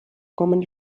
common